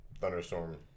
thunderstorm